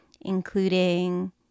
including